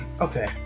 Okay